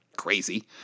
crazy